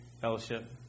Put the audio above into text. fellowship